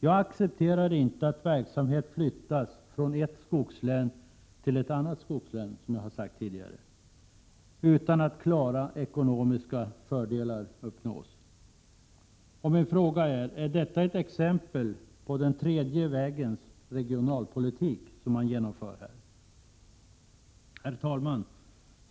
Jag accepterar inte att verksamhet flyttas från ett skogslän till ett annat skogslän utan att klara ekonomiska fördelar uppnås. Min fråga är: Är det man här genomför ett exempel på den tredje vägens regionalpolitik? Herr talman!